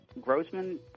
Grossman